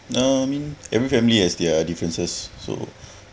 nah I mean every family has their differences so